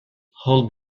hold